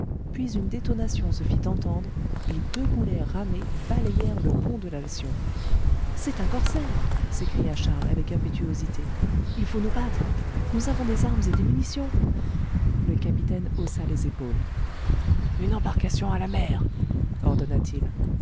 puis une détonation se fit entendre et deux boulets ramés balayèrent le pont de l'alcyon c'est un corsaire s'écria charles avec impétuosité il faut nous battre nous avons des armes et des munitions le capitaine haussa les épaules une embarcation à la mer